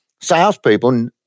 Salespeople